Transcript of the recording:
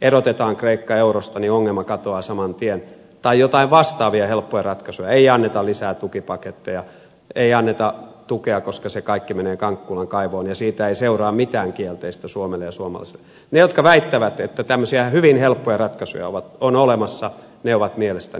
erotetaan kreikka eurosta niin ongelma katoaa saman tien tai jotain vastaavia helppoja ratkaisuja ei anneta lisää tukipaketteja ei anneta tukea koska se kaikki menee kankkulan kaivoon ja siitä ei seuraa mitään kielteistä suomelle ja suomalaisille ne jotka väittävät että tämmöisiä hyvin helppoja ratkaisuja on olemassa ovat mielestäni valitettavasti väärässä